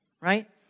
right